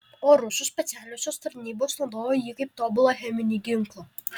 o rusų specialiosios tarnybos naudojo jį kaip tobulą cheminį ginklą